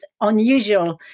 unusual